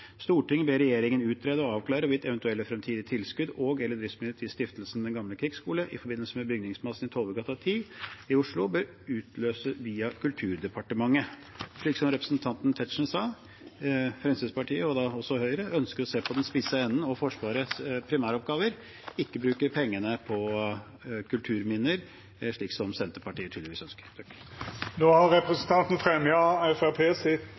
ber regjeringen utrede og avklare hvorvidt eventuelle fremtidige tilskudd og/eller driftsmidler til Stiftelsen Den Gamle Krigsskole i forbindelse med bygningsmassen i Tollbugata 10 i Oslo bør utløses via Kulturdepartementet.» Slik representanten Tetzschner sa, ønsker Fremskrittspartiet og Høyre å se på den spisse enden og Forsvarets primæroppgaver, ikke bruke pengene på kulturminner, slik som Senterpartiet tydeligvis ønsker. Representanten Christian Tybring-Gjedde har